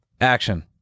Action